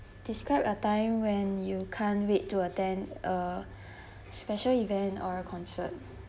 describe a time when you can't wait to attend a special event or a concert